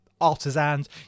Artisans